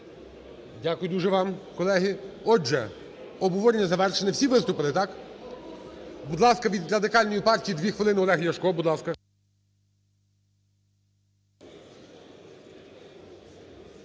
Дякую дуже вам, колеги. Отже, обговорення завершене. Всі виступили, так? Будь ласка, від Радикальної партії 2 хвилини Олег Ляшко. Будь ласка.